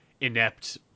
inept